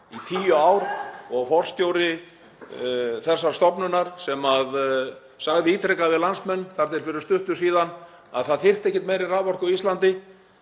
í tíu ár. Forstjóri þessarar stofnunar sagði ítrekað við landsmenn þar til fyrir stuttu að það þyrfti ekkert meiri raforku á Íslandi